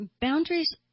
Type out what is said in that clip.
Boundaries